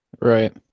Right